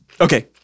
Okay